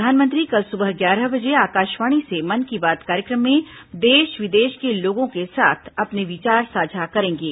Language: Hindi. प्रधानमंत्री कल सुबह ग्यारह बजे आकाशवाणी से मन की बात कार्यक्रम में देश विदेश के लोगों के साथ अपने विचार साझा करेंगे